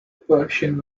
persian